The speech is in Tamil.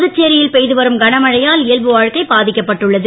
புதுச்சேரியில் பெய்து வரும் கனமழையால் இயல்பு வாழ்க்கை பாதிக்கப்பட்டு உள்ளது